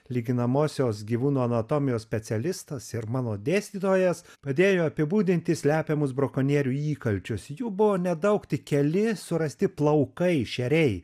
lyginamosios gyvūnų anatomijos specialistas ir mano dėstytojas padėjo apibūdinti slepiamus brakonierių įkalčius jų buvo nedaug tik keli surasti plaukai šeriai